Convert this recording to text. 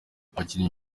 abakinnyi